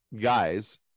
guys